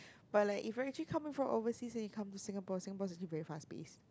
but like if you are actually coming from overseas and you come to Singapore Singapore is actually very fast paced